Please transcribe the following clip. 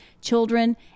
children